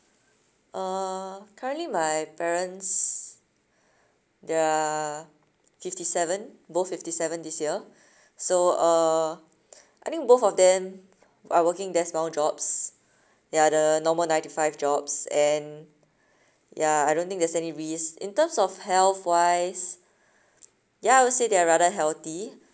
uh currently my parents they are fifty seven both fifty seven this year so uh I think both of them are working desk bound jobs ya the normal nine to five jobs and ya I don't think there's any risk in terms of health wise ya I would say they're rather healthy